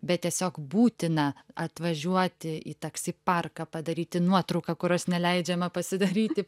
bet tiesiog būtina atvažiuoti į taksi parką padaryti nuotrauką kurios neleidžiama pasidaryti